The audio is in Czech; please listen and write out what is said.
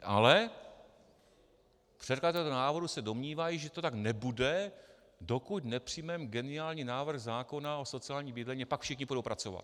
Ale předkladatelé návrhu se domnívají, že to tak nebude, dokud nepřijmeme geniální návrh zákona o sociálním bydlení, a pak všichni půjdou pracovat.